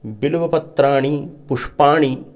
बिल्वपत्राणि पुष्पाणि